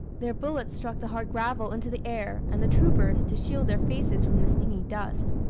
their bullets struck the hard gravel into the air, and the troopers, to shield their faces from the stinging dust,